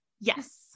Yes